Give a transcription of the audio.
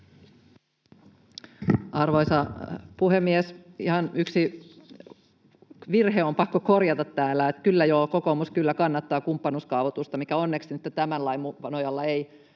Arvoisa puhemies! Ihan yksi virhe on pakko korjata täällä: Kyllä joo, kokoomus kyllä kannattaa kumppanuuskaavoitusta, mikä onneksi nytten tämän lain nojalla ei